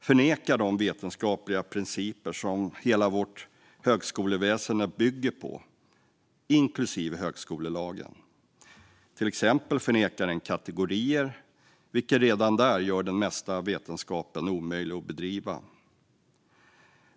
förnekar de vetenskapliga principer som hela vårt högskoleväsen bygger på, inklusive högskolelagen. Till exempel förnekas kategorier, vilket redan där gör den mesta vetenskapen omöjlig att bedriva.